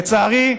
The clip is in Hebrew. לצערי,